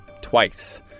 twice